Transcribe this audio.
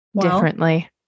differently